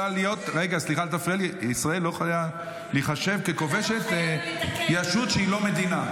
להיחשב ככובשת ישות שהיא לא מדינה.